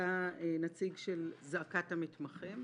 אתה נציג "זעקת המתמחים".